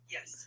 Yes